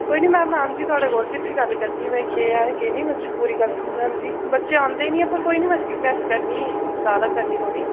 कोई नी मैम मैं आंदी थोहाड़े कोल फ्ही उत्थें गल्ल करनी केह् ऐह् केह् नेईं में तुसें पूरी गल्ल समझांदी बच्चे आंदे नी हैन पर कोई नी मै स्टीकनेस्स करनी ज़्यादा करनी थोह्ड़ी